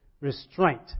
Restraint